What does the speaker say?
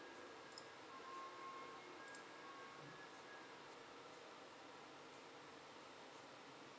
mm